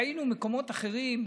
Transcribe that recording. ראינו מקומות אחרים,